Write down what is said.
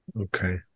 Okay